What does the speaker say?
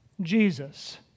Jesus